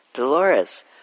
Dolores